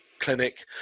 clinic